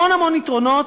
המון המון יתרונות,